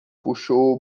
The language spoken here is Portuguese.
puxou